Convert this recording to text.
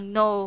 no